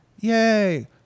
yay